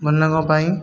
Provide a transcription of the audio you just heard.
ମାନଙ୍କ ପାଇଁ